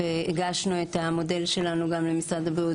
הגשנו את המודל שלנו למשרד הבריאות,